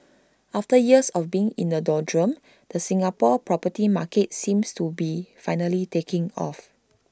after years of being in the doldrums the Singapore property market seems to be finally taking off